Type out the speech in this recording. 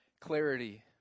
clarity